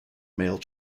male